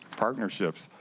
partnerships.